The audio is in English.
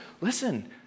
listen